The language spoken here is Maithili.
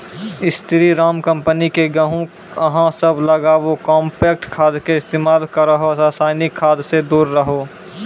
स्री राम कम्पनी के गेहूँ अहाँ सब लगाबु कम्पोस्ट खाद के इस्तेमाल करहो रासायनिक खाद से दूर रहूँ?